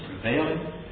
prevailing